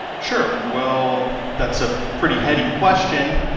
sure. well, that's a pretty heady question.